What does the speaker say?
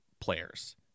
players